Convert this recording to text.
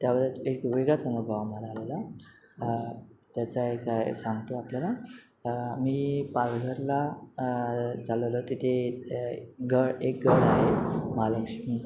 त्यावर एक वेगळाच अनुभव आम्हाला आलेला त्याचाय काय सांगतो आपल्याला मी चालवलं तिथे गळ एक गळ आहे महालक्ष्मी